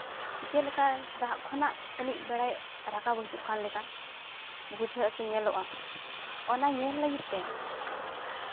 ᱡᱮᱞᱮᱠᱟ ᱫᱟᱜ ᱠᱷᱚᱱᱟᱜ ᱡᱟᱹᱱᱤᱡ ᱵᱮᱲᱟᱭ ᱨᱟᱠᱟᱵᱽ ᱦᱤᱡᱩᱜ ᱠᱟᱱ ᱞᱮᱠᱟ ᱵᱩᱡᱷᱟᱹᱜ ᱟᱥᱮ ᱧᱮᱞᱚᱜᱼᱟ ᱚᱱᱟ ᱧᱮᱞ ᱞᱟᱹᱜᱤᱫ ᱛᱮ